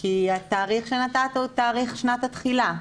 כי התאריך שנתת הוא תאריך שנת התחילה.